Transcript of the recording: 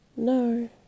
No